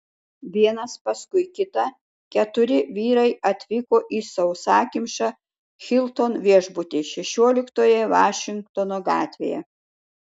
vienas paskui kitą keturi vyrai atvyko į sausakimšą hilton viešbutį šešioliktoje vašingtono gatvėje